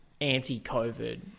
anti-COVID